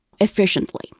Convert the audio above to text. efficiently